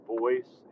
voice